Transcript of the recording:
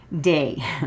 day